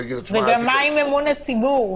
וגם מה עם אמון הציבור?